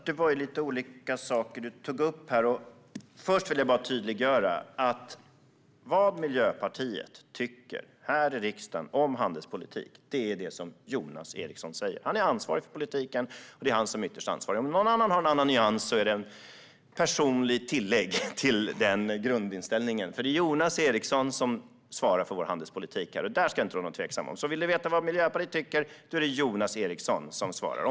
Fru talman! Du tog upp lite olika saker. Först vill jag bara tydliggöra att vad Miljöpartiet här i riksdagen tycker om handelspolitik är det som Jonas Eriksson säger. Han är ytterst ansvarig för politiken. Om någon annan har en annan nyans är det ett personligt tillägg till den grundinställningen, för det är Jonas Eriksson som svarar för vår handelspolitik; det ska det inte råda någon tveksamhet om. Så om du vill veta vad Miljöpartiet tycker är det Jonas Eriksson som svarar.